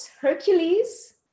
Hercules